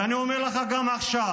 ואני אומר לך גם עכשיו,